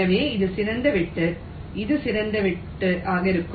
எனவே இது சிறந்த வெட்டு இது சிறந்த வெட்டு இருக்கும்